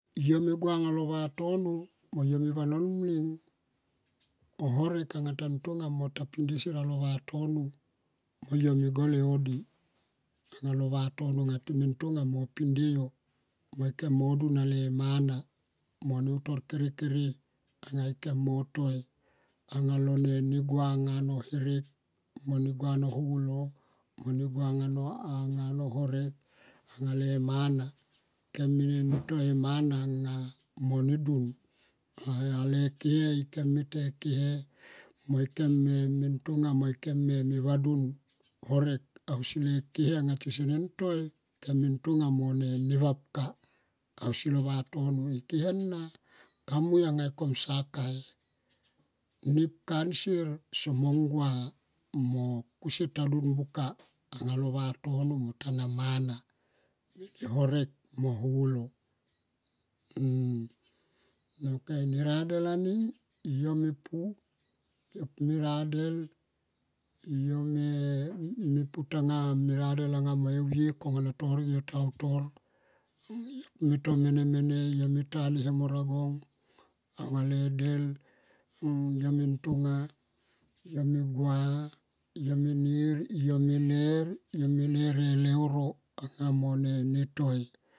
Yo me gua lo vatono mo yo me vanon mleng oh horek anga tan tonga mo ta pinde sier alo vatono mo yo me gole odi anga lo vatono mo yo me gole odi anga lo vatona anga ti me tonga mo pinde yo mo dun ale mana mo utor kere kere anga ikem mo toi anga lo ne gua no herek mone gua no holo mone gua anga no horek anga le mana ikem me toi e mana mo ne dun anga le kihe anga ike me te kihe mo ikem me tonga mo ikem me tonga mo ike ma vadun horek ausi le kehe anga tisenen toi kemen tonga mo vapka ausi lo vatono. E kehe na kamui kom sa kai nepka nsier somo ngua mo kusier ta dun buka anga lo ne vatono mo ta na mana me ne horek mo holo. Ok ne radelaning yo me pu yo me radel yo me pu tanga me radel anga me evie kona yo torek tau tor me to mene yo me tale heor agong anga le del yo me ntonga me gua yo me niryo me ler, yo me ler e leuro anga mo ne toi.